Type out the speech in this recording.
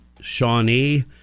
Shawnee